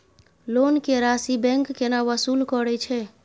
Loan के राशि bank केना वसूल करे छै?